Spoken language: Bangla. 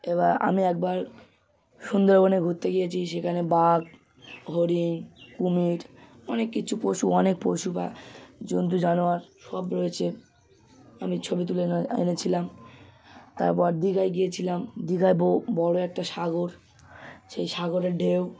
এবার আমি একবার সুন্দরবনে ঘুরতে গিয়েছি সেখানে বাঘ হরিণ কুমির অনেক কিছু পশু অনেক পশু বা জন্তু জানোয়ার সব রয়েছে আমি ছবি তুলে এনেছিলাম তারপর দীঘায় গিয়েছিলাম দীঘায় বড় একটা সাগর সেই সাগরের ঢেউ